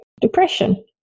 depression